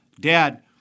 Dad